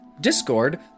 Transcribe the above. Discord